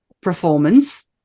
performance